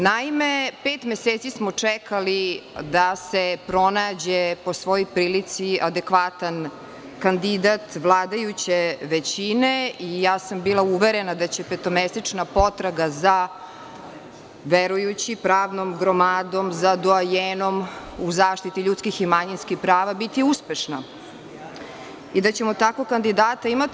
Naime, pet meseci smo čekali da se pronađe po svoj prilici adekvatan kandidat vladajuće većine i bila sam uverena da će petomesečna potraga za verujući, pravnom gromadom, za doajenom u zaštiti ljudskih i manjinskih prava biti uspešna i da ćemo takvog kandidata imati.